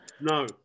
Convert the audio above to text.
No